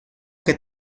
que